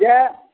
जे